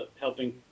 helping